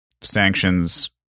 sanctions